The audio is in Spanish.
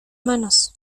manos